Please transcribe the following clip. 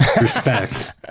Respect